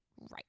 right